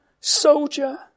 soldier